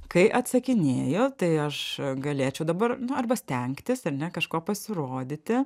kai atsakinėju tai aš galėčiau dabar nu arba stengtis ar ne kažkuo pasirodyti